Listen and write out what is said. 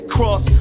Cross